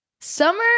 summer